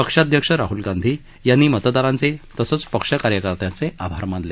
पक्षाध्यक्ष राहल गांधी यांनी मतदारांचे तसंच पक्ष कार्यकर्त्यांचे आभार मानले